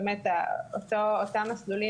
אותם מסלולים,